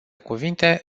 cuvinte